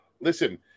Listen